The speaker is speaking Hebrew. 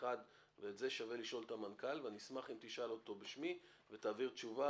את זה שווה לשאול את המנכ"ל ואני אשמח אם תשאל אותו בשמי ותעביר תשובה,